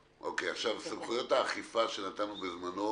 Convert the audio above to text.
סמכויות האכיפה שנתנו בזמנו